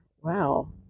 wow